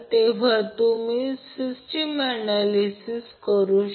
तर येथे Zy Z ∆ 3 आहे